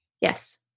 Yes